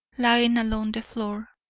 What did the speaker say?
lying along the floor,